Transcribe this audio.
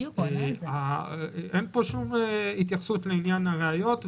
אין פה שום התייחסות לעניין הראיות.